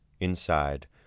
Inside